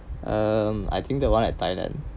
um I think that one at thailand